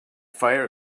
fire